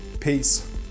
Peace